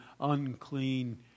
unclean